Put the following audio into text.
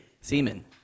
Semen